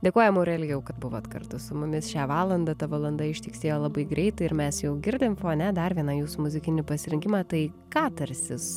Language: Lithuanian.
dėkojam aurelijau kad buvot kartu su mumis šią valandą ta valanda ištiksėjo labai greitai ir mes jau girdim fone dar vieną jūsų muzikinį pasirinkimą tai katarsis